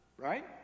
Right